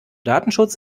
datenschutz